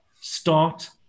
start